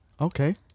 Okay